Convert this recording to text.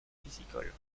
piscicole